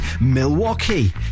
milwaukee